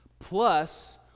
plus